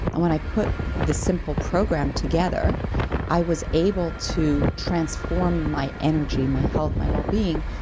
and when i put this simple program together i was able to transform my energy, my health, my well being,